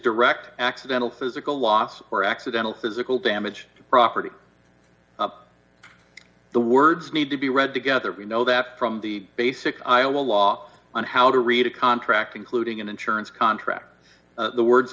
direct accidental physical loss or accidental physical damage to property the words need to be read together we know that from the basic iowa law on how to read a contract including an insurance contract the words